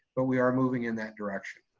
but we are moving in that direction.